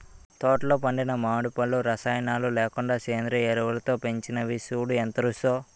తోటలో పండిన మావిడి పళ్ళు రసాయనాలు లేకుండా సేంద్రియ ఎరువులతో పెంచినవి సూడూ ఎంత రుచో